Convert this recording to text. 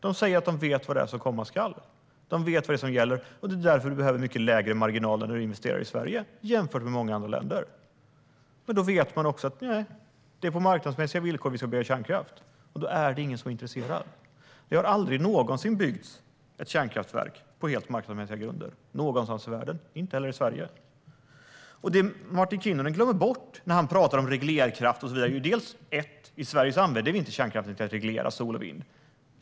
De säger att de vet vad som gäller och vad det är som komma skall. Det är därför som det behövs lägre marginaler för investeringar i Sverige jämfört med många andra länder. Om man ska bygga kärnkraft vet man också att det är på marknadsmässiga villkor. Då är det ingen som är intresserad. Det har aldrig någonsin byggts ett kärnkraftverk på helt marknadsmässiga grunder någonstans i världen, inte heller i Sverige. Det som Martin Kinnunen glömmer bort när han pratar om reglerkraft är att vi i Sverige inte använder kärnkraft för att reglera sol och vind.